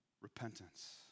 repentance